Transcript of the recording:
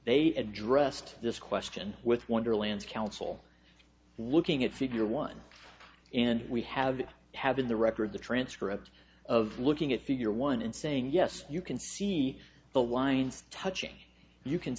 they addressed this question with wonderland council looking at figure one and we have to have in the record the transcripts of looking at figure one and saying yes you can see the wind touching you can